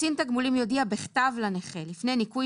(ג)קצין התגמולים יודיע בכתב לנכה לפני ניכוי